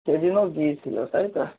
সেদিনও গিয়েছিলো তাই তো